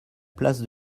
place